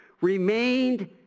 remained